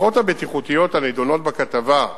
החקירות הבטיחותיות הנדונות בכתבה,